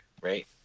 right